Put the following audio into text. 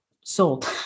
sold